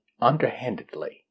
underhandedly